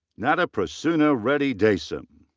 not prasuna reddy desam.